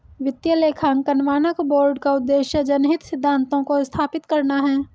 वित्तीय लेखांकन मानक बोर्ड का उद्देश्य जनहित सिद्धांतों को स्थापित करना है